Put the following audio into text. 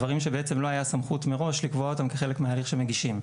דברים שבעצם לא היה סמכות מראש לקבוע אותם כחלק מהליך שמגישים.